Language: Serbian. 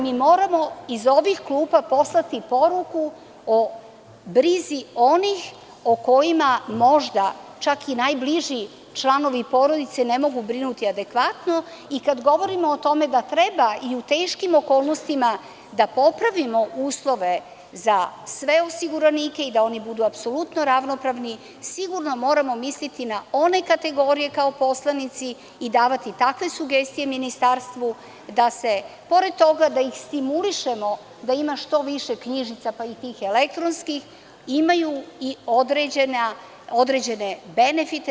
Mi moramo iz ovih klupa poslati poruku o brizi onih o kojima možda čak i najbliži članovi porodice ne mogu brinuti adekvatno i kada govorimo o tome da treba i u teškim okolnostima da popravimo uslove za sve osiguranike i da oni budu apsolutno ravnopravni, sigurno moramo misliti na one kategorije kao poslanici i davati takve sugestije Ministarstvu da se pored toga da ih stimulišemo da ima što više knjižica pa i tih elektronskih, imaju i određene benefite.